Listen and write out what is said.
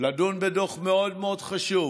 לדון בדוח מאוד מאוד חשוב.